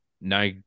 Now